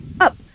up